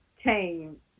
came